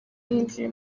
yinjiye